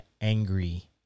angry